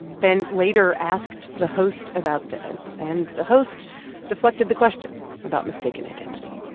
ben later asked the host about this. and the host deflected the question about mistaken identity.